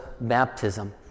baptism